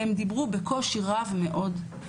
והם דיברו בקושי רב מאוד.